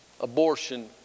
abortion